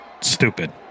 Stupid